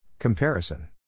Comparison